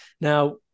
Now